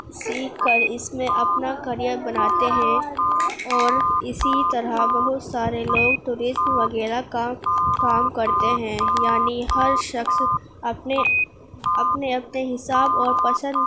سیکھ کر اس میں اپنا کریئر بناتے ہیں اور اسی طرح بہت سارے لوگ ٹورزم وغیرہ کا کام کرتے ہیں یعنی ہر شخص اپنے اپنے اپنے حساب اور پسند